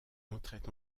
entrait